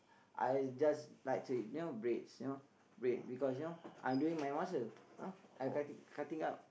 I just like to you know breads you know bread because you know I'm doing my muscle ah I cutting cutting up